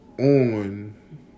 on